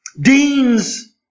deans